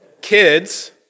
kids